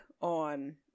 on